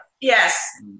Yes